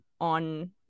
on